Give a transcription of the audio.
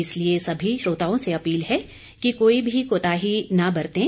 इसलिए सभी श्रोताओं से अपील है कि कोई भी कोताही न बरतें